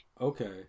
Okay